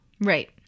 right